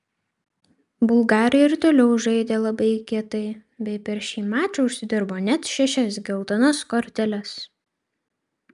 bulgarai ir toliau žaidė labai kietai bei per šį mačą užsidirbo net šešias geltonas korteles